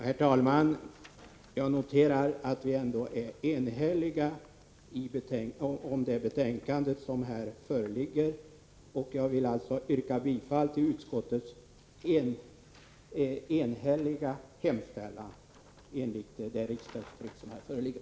Herr talman! Jag noterar att detta betänkande ändå är enhälligt, och jag vill alltså yrka bifall till utskottets enhälliga hemställan enligt det riksdagstryck som här föreligger.